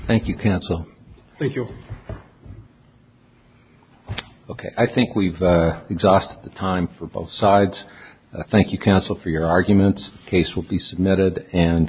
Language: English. thank you cancel thank you ok i think we've exhausted the time for both sides thank you counsel for your argument case will be submitted and